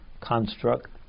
construct